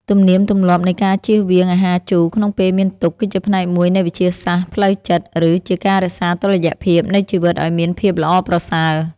ទំនៀមទម្លាប់នៃការជៀសវាងអាហារជូរក្នុងពេលមានទុក្ខគឺជាផ្នែកមួយនៃវិទ្យាសាស្ត្រផ្លូវចិត្ត ឬ ជាការរក្សាតុល្យភាពនៃជីវិតឱ្យមានភាពល្អប្រសើរ។